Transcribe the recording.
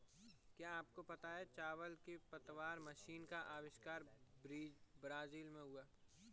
क्या आपको पता है चावल की पतवार मशीन का अविष्कार ब्राज़ील में हुआ